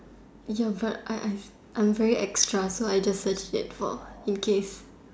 ya but I I I'm very extra so I just search it for in case